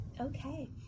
Okay